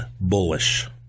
bullish